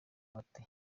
ate